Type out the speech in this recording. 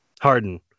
Harden